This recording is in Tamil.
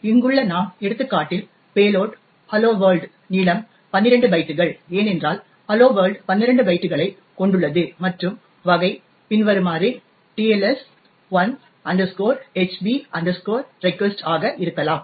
எனவே இங்குள்ள நாம் எடுத்துக்காட்டில் பேலோட் ஹலோ வேர்ல்ட் நீளம் 12 பைட்டுகள் ஏனென்றால் ஹலோ வேர்ல்ட் 12 பைட்டுகளைக் கொண்டுள்ளது மற்றும் வகை பின்வருமாறு TLS1 HB REQUEST ஆக இருக்கலாம்